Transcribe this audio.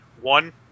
One